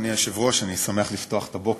אדוני היושב-ראש, תודה, אני שמח לפתוח את הבוקר.